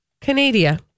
Canada